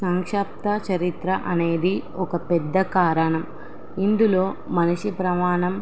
సంక్షాప్త చరిత్ర అనేది ఒక పెద్ద కారణం ఇందులో మనిషి ప్రమాణం